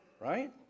Right